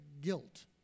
guilt